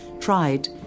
tried